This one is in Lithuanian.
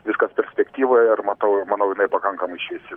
viskas perspektyvoje ir matau ir manau jinai pakankamai šviesi